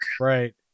Right